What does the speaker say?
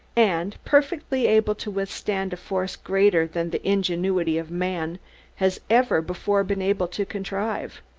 and perfectly able to withstand a force greater than the ingenuity of man has ever before been able to contrive.